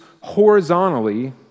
horizontally